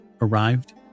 arrived